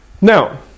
now